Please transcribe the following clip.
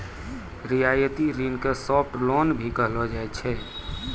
रियायती ऋण के सॉफ्ट लोन भी कहलो जाय छै